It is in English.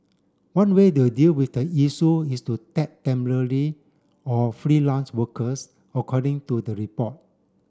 one way to deal with the issue is to tap temporary or freelance workers according to the report